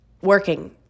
working